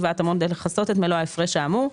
ההתאמות כדי לכסות את מלוא ההפרש האמור,